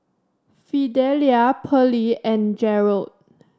Fidelia Perley and Gerold